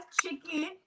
chicken